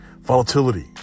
Volatility